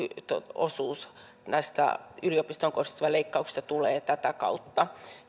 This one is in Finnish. osuus näistä yliopistoon kohdistuvista leikkauksista tätä kautta